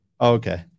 Okay